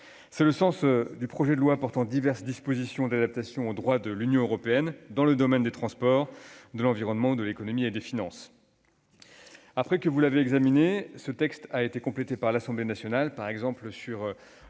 C'est le sens du projet de loi portant diverses dispositions d'adaptation au droit de l'Union européenne dans le domaine des transports, de l'environnement, de l'économie et des finances. Après que vous l'avez examiné, ce texte a été complété par l'Assemblée nationale, par exemple sur